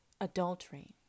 Adultery